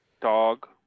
dog